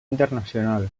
internacional